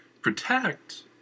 Protect